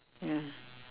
ya